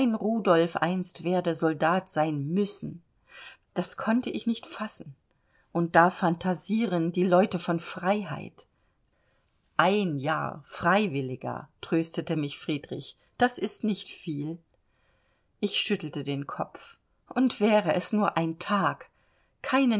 rudolf einst werde soldat sein müssen das konnte ich nicht fassen und da phantasieren die leute von freiheit ein jahr freiwilliger tröstete mich friedrich das ist nicht viel ich schüttelte den kopf und wäre es nur ein tag keinen